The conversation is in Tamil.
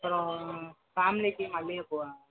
அப்புறோம் ஃபேம்லிக்கு மல்லிகைப்பூ வேணும்